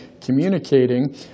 communicating